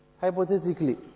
hypothetically